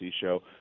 show